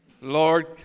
Lord